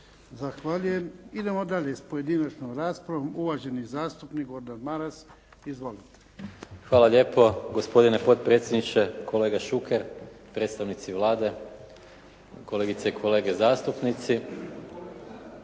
Zahvaljujem. Idemo dalje s pojedinačnom raspravom. Uvaženi zastupnik Gordan Maras. Izvolite. **Maras, Gordan (SDP)** Hvala lijepo, gospodine potpredsjedniče. Kolega Šuker, predstavnici Vlade, kolegice i kolege zastupnici.